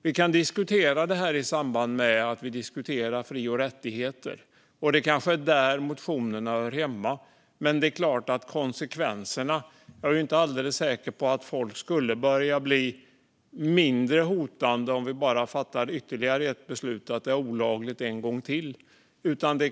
Vi kan diskutera detta i samband med att vi diskuterar fri och rättigheter, och det kanske är där motionerna hör hemma. Men jag är inte alldeles säker på att konsekvenserna blir att folk skulle bli mindre hotande om vi bara fattar ytterligare ett beslut om att det är olagligt en gång till.